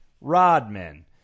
Rodman